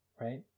Right